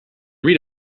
read